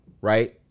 Right